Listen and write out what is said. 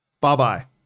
bye-bye